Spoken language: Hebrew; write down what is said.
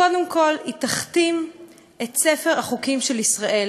קודם כול היא תכתים את ספר החוקים של ישראל